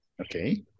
Okay